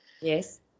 Yes